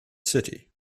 city